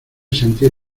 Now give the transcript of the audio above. sentir